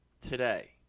today